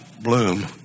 bloom